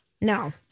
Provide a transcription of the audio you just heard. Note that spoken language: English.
No